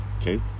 Okay